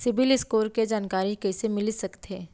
CIBIL score के जानकारी कइसे मिलिस सकथे?